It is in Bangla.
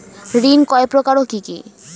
ঋণ কয় প্রকার ও কি কি?